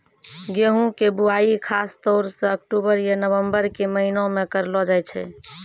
गेहूँ के बुआई खासतौर सॅ अक्टूबर या नवंबर के महीना मॅ करलो जाय छै